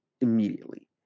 Immediately